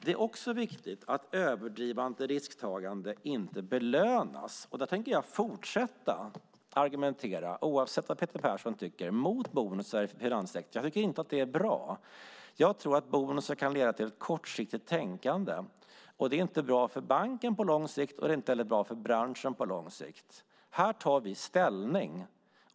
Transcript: Det är också viktigt att överdrivet risktagande inte belönas. Jag tänker - oavsett vad Peter Persson tycker om det - fortsätta att argumentera mot bonusar i finanssektorn. Jag tycker inte att det är bra. Jag tror att bonusar kan leda till ett kortsiktigt tänkande, och det är inte bra för banken på lång sikt och inte heller bra för branschen på lång sikt. Här tar vi ställning.